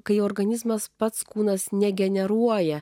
kai organizmas pats kūnas negeneruoja